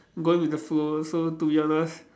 going with the flow so to be honest